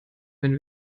wenn